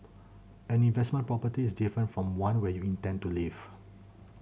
an investment property is different from one where you intend to live